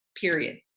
period